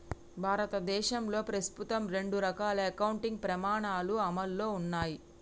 భారతదేశంలో ప్రస్తుతం రెండు రకాల అకౌంటింగ్ ప్రమాణాలు అమల్లో ఉన్నయ్